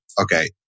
okay